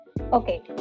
okay